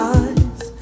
eyes